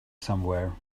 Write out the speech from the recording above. somewhere